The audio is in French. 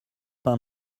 pins